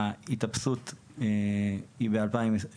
ההתאפסות היא ב-2044,